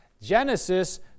Genesis